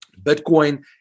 Bitcoin